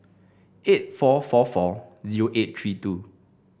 eight four four four zero eight three two